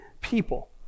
people